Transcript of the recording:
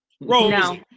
no